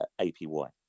APY